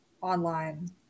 online